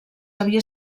havia